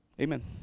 Amen